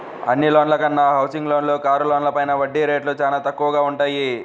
అన్ని లోన్ల కన్నా హౌసింగ్ లోన్లు, కారు లోన్లపైన వడ్డీ రేట్లు చానా తక్కువగా వుంటయ్యి